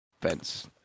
fence